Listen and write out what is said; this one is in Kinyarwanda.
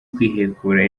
kwihekura